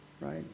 right